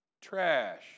Trash